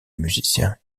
musiciens